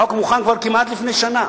החוק היה מוכן כבר כמעט לפני שנה,